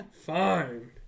Fine